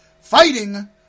fighting